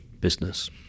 business